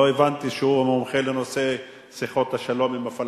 לא הבנתי שהוא מומחה לנושא שיחות השלום עם הפלסטינים,